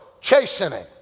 chastening